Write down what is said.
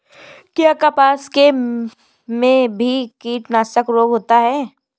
क्या कपास में भी कीटनाशक रोग होता है?